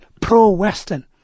pro-Western